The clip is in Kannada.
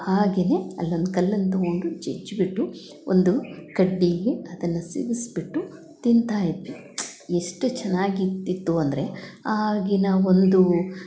ಹಾಗೇ ಅಲ್ಲೊಂದು ಕಲ್ಲನ್ನು ತೊಗೊಂಡು ಜಜ್ಜಿ ಬಿಟ್ಟು ಒಂದು ಕಡ್ಡಿಗೆ ಅದನ್ನು ಸಿಗಸಿಬಿಟ್ಟು ತಿನ್ತಾ ಇದ್ವಿ ಎಷ್ಟು ಚೆನ್ನಾಗಿರ್ತಿತ್ತು ಅಂದರೆ ಆಗಿನ ಒಂದು